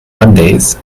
mondays